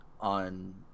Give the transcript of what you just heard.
on